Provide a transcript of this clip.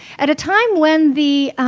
at a time when the